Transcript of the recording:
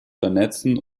vernetzen